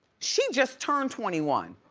she just turned twenty one.